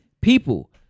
people